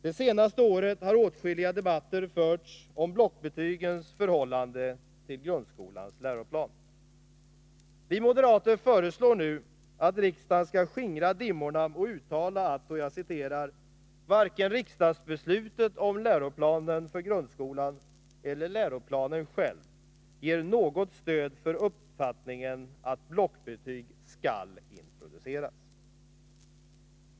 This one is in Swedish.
Det senaste året har åtskilliga debatter förts om blockbetygens förhållande till grundskolans läroplan. Vi moderater föreslår nu att riksdagen skall skingra dimmorna och uttala att varken ”riksdagsbeslutet om läroplanen för grundskolan eller läroplanen själv ger något stöd för uppfattningen att blockbetyg skall introduceras”.